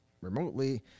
remotely